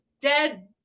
dead